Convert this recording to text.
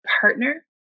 partner